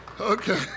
Okay